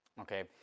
Okay